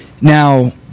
Now